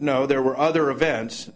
know there were other events